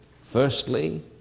Firstly